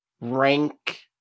rank